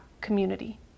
community